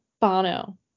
Bono